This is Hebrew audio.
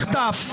ממש מחטף.